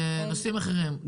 בנושאים אחרים?